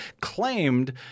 claimed